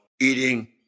eating